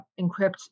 encrypt